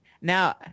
Now